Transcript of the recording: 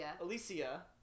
Alicia